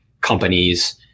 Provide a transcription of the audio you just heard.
companies